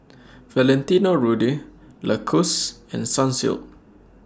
Valentino Rudy Lacoste and Sunsilk